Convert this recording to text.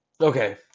Okay